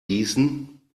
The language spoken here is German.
gießen